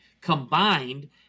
combined